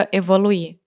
evoluir